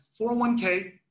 401k